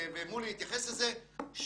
מול יתייחס לזה.